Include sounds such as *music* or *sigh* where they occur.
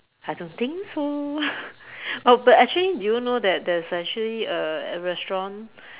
I don't think so *laughs* oh but actually do you know that there's actually a a restaurant